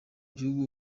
gihugu